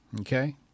Okay